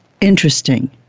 interesting